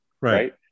Right